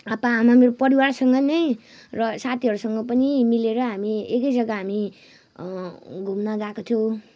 आप्पाआमा मेरो परिवारसँग नै र साथीहरूसँग पनि मिलेर हामी एकै जग्गा हामी घुम्न गएको थियौँ